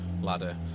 ladder